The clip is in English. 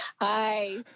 Hi